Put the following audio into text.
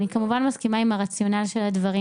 אני כמובן מסכימה עם הרציונל של הדברים.